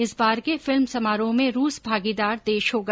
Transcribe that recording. इस बार के फिल्म समारोह में रूस भागीदार देश होगा